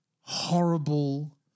horrible